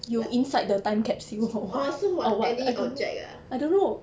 orh so what any object ah